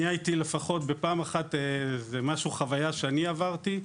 אני הייתי לפחות בפעם אחת, והחוויה שאני עברתי,